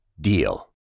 DEAL